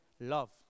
Love